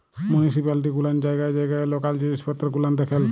municipality গুলান জায়গায় জায়গায় লকাল জিলিস পত্তর গুলান দেখেল